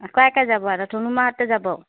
অঁ কাই কাই যাব আৰু ধুনুমাহঁতে যাব